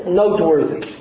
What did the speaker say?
noteworthy